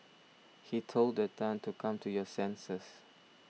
he told Tan to come to your senses